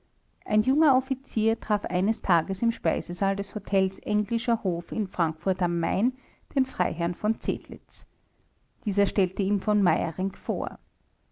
ein junger offizier traf eines tages im speisesaal des hotels englischer hof in frankfurt a m den freiherrn v zedlitz dieser stellte ihm v meyerinck vor